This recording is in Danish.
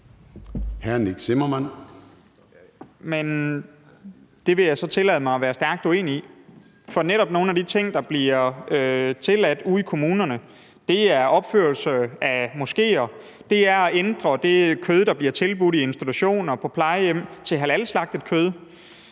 Det vil jeg så tillade mig at være stærkt uenig i. For nogle af de ting, der netop bliver tilladt ude i kommunerne, er opførelse af moskéer; det er at ændre det kød, der bliver tilbudt i institutioner og på plejehjem, til halalslagtet kød;